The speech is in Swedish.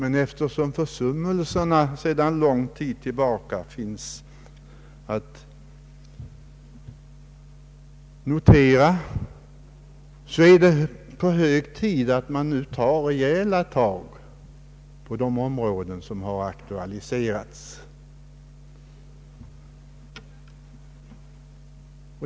Men eftersom försummelser sedan lång tid tillbaka finns att notera, är det hög tid att man nu tar rejäla tag på de områden som här har aktualiserats.